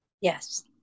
Yes